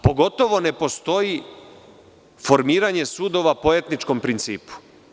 Pogotovo ne postoji formiranje sudova po etničkom principu.